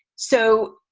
so,